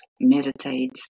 meditate